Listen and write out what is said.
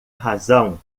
razão